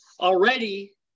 already